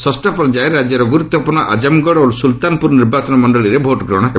ଷଷ୍ଠ ପର୍ଯ୍ୟାୟରେ ରାଜ୍ୟର ଗୁରୁତ୍ୱପୂର୍ଣ୍ଣ ଆଜମ୍ଗଡ଼ ଓ ସୁଲ୍ତାନ୍ପୁର ନିର୍ବାଚନ ମଣ୍ଡଳୀରେ ଭୋଟ୍ଗ୍ରହଣ ହେବ